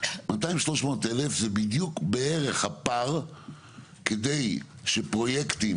200-300 אלף זה בדיוק בערך הפער כדי שפרויקטים